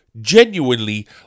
genuinely